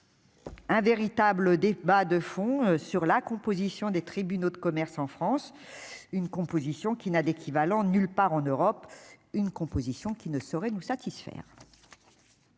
un véritable débat de fond sur la composition des tribunaux de commerce en France une composition qui n'a d'équivalent nulle part en Europe, une composition qui ne saurait nous satisfaire.